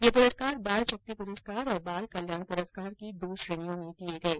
ये पुरस्कार बाल शक्ति पुरस्कार और बाल कल्याण पुरस्कार की दो श्रेणिर्यो में दिये गये